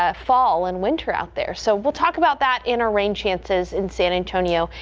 ah fall and winter out there so we'll talk about that in our rain chances in san antonio,